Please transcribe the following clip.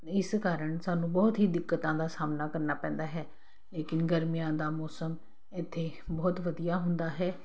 ਇਸ ਕਾਰਨ ਸਾਨੂੰ ਬਹੁਤ ਹੀ ਦਿੱਕਤਾਂ ਦਾ ਸਾਹਮਣਾ ਕਰਨਾ ਪੈਂਦਾ ਹੈ ਲੇਕਿਨ ਗਰਮੀਆਂ ਦਾ ਮੌਸਮ ਇੱਥੇ ਬਹੁਤ ਵਧੀਆ ਹੁੰਦਾ ਹੈ